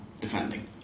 defending